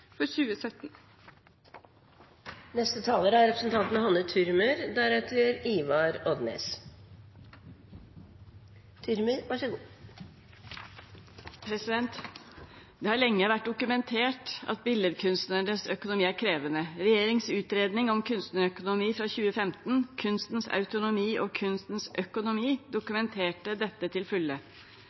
for 2017. Det har lenge vært dokumentert at billedkunstnernes økonomi er krevende. Regjeringens utredning om kunstnerøkonomi fra 2015, Kunstens autonomi og kunstens økonomi, dokumenterte dette til fulle.